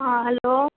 हँ हेलो